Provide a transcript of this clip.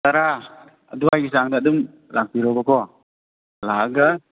ꯇꯔꯥ ꯑꯗ꯭ꯋꯥꯏꯒꯤ ꯆꯥꯡꯗ ꯑꯗꯨꯝ ꯂꯥꯛꯄꯤꯔꯣꯕꯀꯣ ꯂꯥꯛꯑꯒ